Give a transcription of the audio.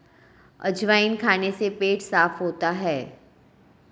अजवाइन खाने से पेट साफ़ होता है